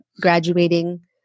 graduating